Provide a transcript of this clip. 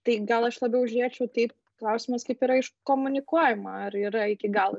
tai gal aš labiau žiūrėčiau taip klausimas kaip yra iškomunikuojama ar yra iki galo